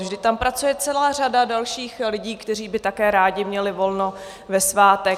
Vždyť tam pracuje celá řada dalších lidí, kteří by také rádi měli volno ve svátek.